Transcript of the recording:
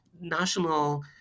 national